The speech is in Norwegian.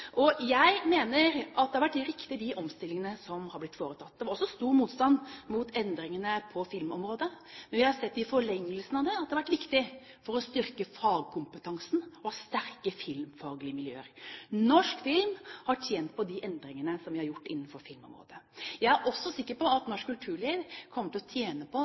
og jeg mener at de omstillingene som har blitt foretatt, har vært riktige. Det var også stor motstand mot endringene på filmområdet, men vi har sett i forlengelsen av det at det har vært viktig for å styrke fagkompetansen og for å ha sterke filmfaglige miljøer. Norsk film har tjent på de endringene som vi har gjort innenfor filmområdet. Jeg er også sikker på at norsk kulturliv kommer til å tjene på